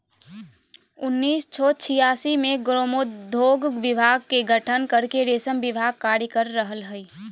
उन्नीस सो छिआसी मे ग्रामोद्योग विभाग के गठन करके रेशम विभाग कार्य कर रहल हई